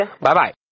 Bye-bye